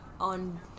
on